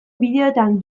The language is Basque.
bideoetan